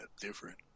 different